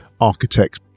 architects